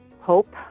Hope